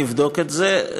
אני אבדוק את זה.